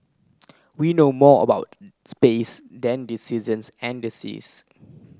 we know more about space than the seasons and the seas